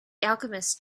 alchemist